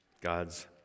God's